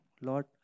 Lord